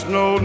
no